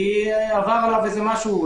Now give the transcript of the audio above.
כי עבר עליו משהו,